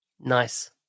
Nice